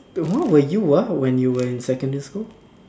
where were you ah when you were in secondary school